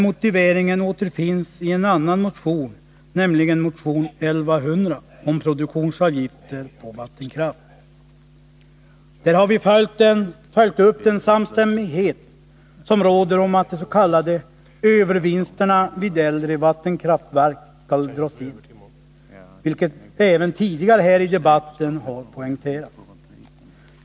Motiveringen återfinns i en annan motion, motion 1100 om produktionsavgifter på vattenkraft. Där har vi tagit fasta på en samstämmighet som råder om att de s.k. övervinsterna vid äldre vattenkraftverk skall dras in. Angelägenheten härav har poängterats tidigare i debatten.